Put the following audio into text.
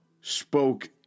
spoke